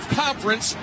conference